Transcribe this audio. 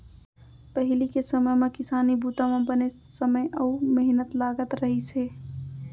पहिली के समे म किसानी बूता म बनेच समे अउ मेहनत लागत रहिस हे